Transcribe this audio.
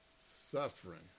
Suffering